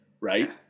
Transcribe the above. right